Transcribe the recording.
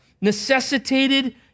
necessitated